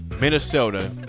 Minnesota